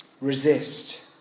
resist